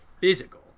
physical